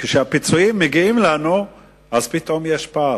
כשהפיצויים מגיעים לנו אז פתאום יש פער,